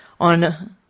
on